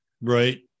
Right